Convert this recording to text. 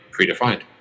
predefined